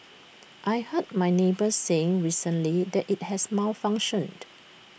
I heard my neighbour saying recently that IT has malfunctioned